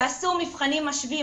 יעשו מבחנים משווים.